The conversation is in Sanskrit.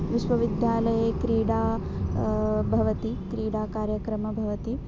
विश्वविद्यालये क्रीडा भवति क्रीडाकार्यक्रमं भवति